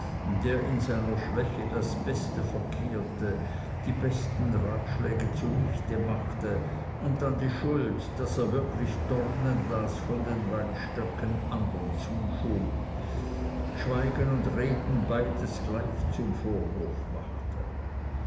der in seiner schwäche das beste verkehrte die besten ratschläge zunichte machte und dann die schuld daß er wirklich dornen las von weinstöcken andern zuschob schweigen und reden beides gleich zum vorwurf machte